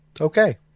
Okay